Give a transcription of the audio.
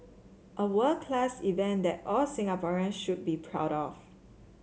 a world class event that all Singaporean should be proud of